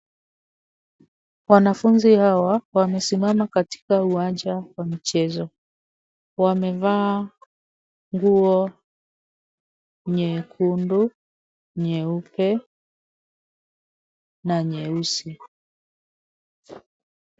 Wanafunzi hawa wamesimama katika uwanja wa michezo. Wamevaa nguo nyekundu, nyeupe na nyeusi.